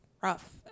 rough